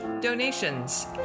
donations